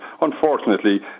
unfortunately